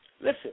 listen